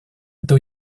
это